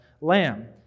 lamb